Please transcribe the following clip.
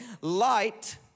Light